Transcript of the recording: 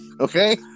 Okay